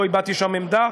לא הבעתי שם עמדה,